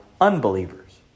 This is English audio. unbelievers